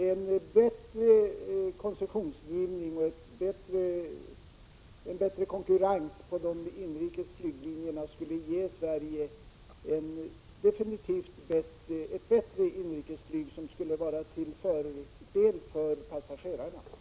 En bättre koncessionsgivning och en bättre konkurrens på de inrikes flyglinjerna skulle ge Sverige ett bättre inrikesflyg, som skulle vara till fördel för passagerarna.